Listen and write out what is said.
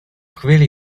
chvíli